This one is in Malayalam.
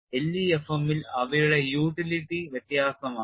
EPFM ൽ അവയുടെ യൂട്ടിലിറ്റി വ്യത്യസ്തമാണ്